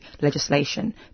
legislation